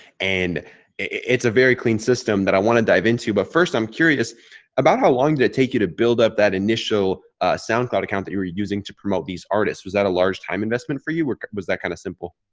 and it's a very clean system that i want to dive into. but first, i'm curious about how long did it take you to build up that initial soundcloud account that you were using to promote these artists? was that a large time investment for you? was that kind of simple?